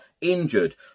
injured